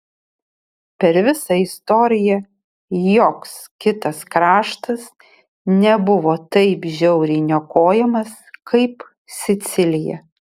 per visą istoriją joks kitas kraštas nebuvo taip žiauriai niokojamas kaip sicilija